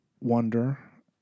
wonder